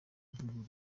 ivuguruye